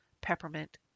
peppermint